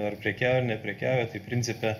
ar prekiauja ar neprekiauja tai principe